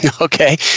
Okay